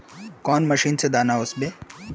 कौन मशीन से दाना ओसबे?